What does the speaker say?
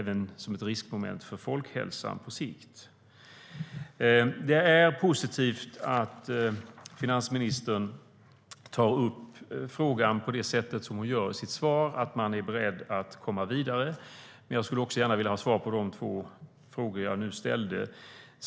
Det är även ett riskmoment för folkhälsan på sikt. Det är positivt att finansministern tar upp frågan på det sätt hon gör i sitt svar och att man är beredd att komma vidare, men jag skulle också gärna vilja ha svar på de två frågor jag ställde.